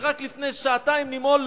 שרק לפני שעתיים נימול,